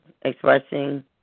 expressing